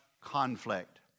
conflict